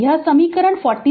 यह समीकरण 47 है